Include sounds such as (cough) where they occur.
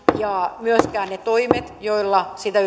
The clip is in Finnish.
ja myöskään ne toimet joilla sitä (unintelligible)